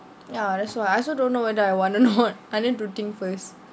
ya that's why I also don't know whether I want or not I need to think first